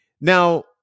Now